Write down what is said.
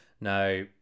Now